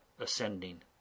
ascending